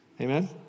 Amen